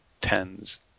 tens